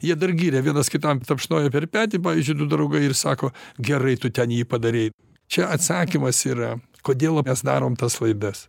jie dar giria vienas kitam tapšnoja per petį pavyzdžiui du draugai ir sako gerai tu ten jį padarei čia atsakymas yra kodėl mes darom tas laidas